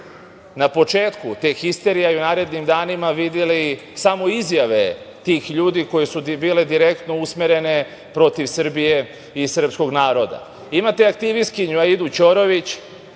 na početku te histerije, a i u narednim danima videli samo izjave tih ljudi koje su bile direktno usmerene protiv Srbije i srpskog naroda. Imate aktivistkinju Aidu Ćorović,